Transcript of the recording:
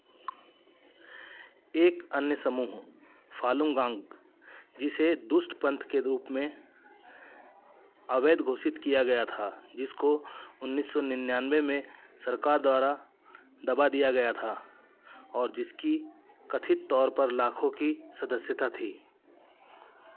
एक अन्य समूह फालुंगॉन्ग जिसे दुष्ट पंथ के रूप में अवैध घोषित किया गया था जिसको उन्नीस सौ निन्यानवे में सरकार द्वारा दबा दिया गया था और जिसकी कथित तौर पर लाखों की सदस्यता थी